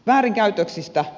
väärinkäytöksistä